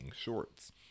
Shorts